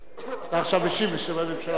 אתה עכשיו משיב בשם הממשלה, זהו.